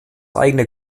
eigene